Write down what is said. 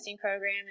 program